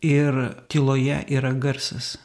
ir tyloje yra garsas